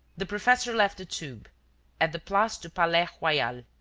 the professor left the tube at the place du palais-royal,